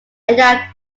ida